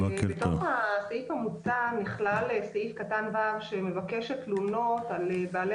בתוך הסעיף המוצע נכלל סעיף קטן (ו) שמבקש שתלונות על בעלי